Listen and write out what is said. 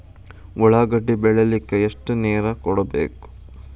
ಉಳ್ಳಾಗಡ್ಡಿ ಬೆಳಿಲಿಕ್ಕೆ ಎಷ್ಟು ನೇರ ಕೊಡಬೇಕು?